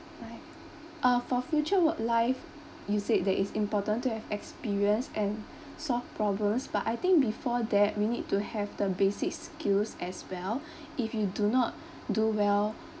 life uh for future work life you said that it's important to have experience and solve problems but I think before that we need to have the basic skills as well if you do not do well